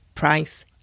Price